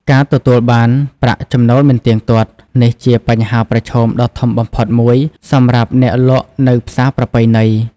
ការទទួលបានប្រាក់ចំណូលមិនទៀងទាត់ នេះជាបញ្ហាប្រឈមដ៏ធំបំផុតមួយសម្រាប់អ្នកលក់នៅផ្សារប្រពៃណី។